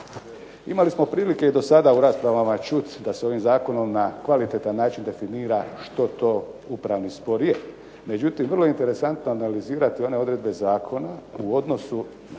Imali smo prilike i do sada u raspravama čuti da se ovim zakonom na kvalitetan način definira što to upravni spor je, međutim vrlo je interesantno analizirati one odredbe zakona u odnosu